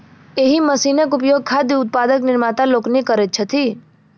एहि मशीनक उपयोग खाद्य उत्पादक निर्माता लोकनि करैत छथि